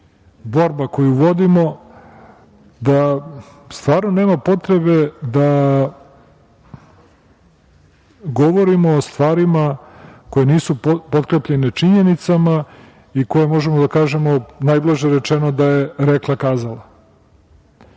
borba koju vodimo da stvarno nema potrebe da govorimo o stvarima koje nisu potkrepljene činjenicama i za koje možemo da kažemo najblaže rečeno da su rekla kazala. Država,